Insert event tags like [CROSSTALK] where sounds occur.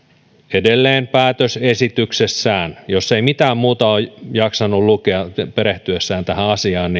edelleen päätösesityksessään jos ei mitään muuta ole jaksanut lukea perehtyessään tähän asiaan [UNINTELLIGIBLE]